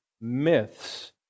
myths